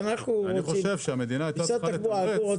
בסוף זה יצא לחינם.